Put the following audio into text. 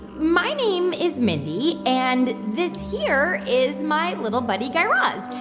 my name is mindy. and this here is my little buddy guy raz.